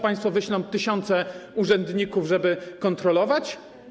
Państwo wyślą tysiące urzędników, żeby kontrolować?